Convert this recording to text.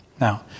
Now